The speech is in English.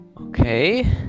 Okay